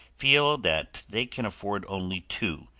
feel that they can afford only two,